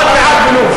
רק פה, עוד מעט בלוב.